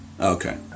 Okay